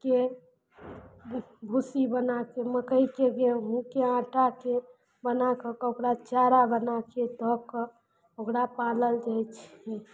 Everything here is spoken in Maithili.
के भूसी बनाके मकइके गेहूँके आटाके बनाकऽ कऽ ओकरा चारा बनाके दअ कऽ ओकरा पालल जाइ छै